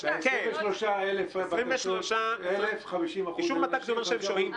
גברים ו-50% נשים.